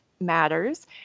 matters